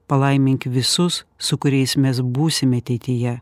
palaimink visus su kuriais mes būsime ateityje